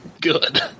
Good